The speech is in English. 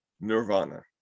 nirvana